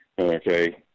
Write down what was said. okay